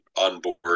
onboard